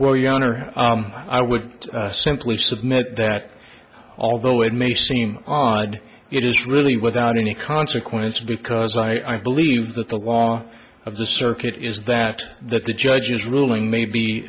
honor i would simply submit that although it may seem odd it is really without any consequences because i believe that the law of the circuit is that that the judge's ruling may be